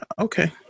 Okay